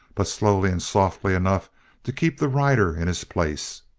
but slowly and softly enough to keep the rider in his place.